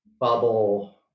bubble